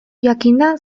jakinda